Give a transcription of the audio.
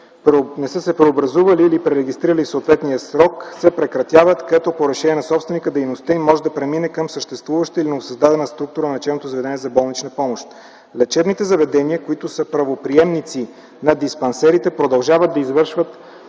не са се преобразували или пререгистрирали в съответния срок, се прекратяват, като по решение на собственика дейността им може да премине към съществуваща и новосъздадена структура на лечебното заведение за болнична помощ. Лечебните заведения, които са правоприемници на диспансерите, продължават да извършват